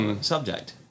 subject